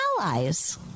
allies